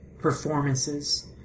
performances